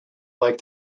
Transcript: like